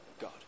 God